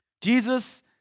Jesus